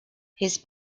his